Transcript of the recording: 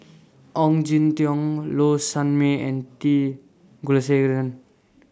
Ong Jin Teong Low Sanmay and T Kulasekaram